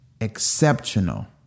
exceptional